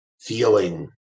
feeling